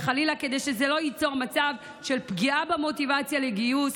וחלילה שזה לא ייצור מצב של פגיעה במוטיבציה לגיוס.